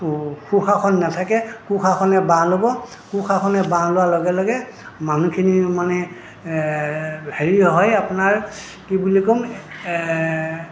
সুশাসন নাথাকে কুশাসনে বাঁহ ল'ব কুশাসনে বাঁহ লোৱাৰ লগে লগে মানুহখিনি মানে হেৰি হয় আপোনাৰ কি বুলি ক'ম